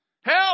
Help